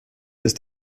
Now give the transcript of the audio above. ist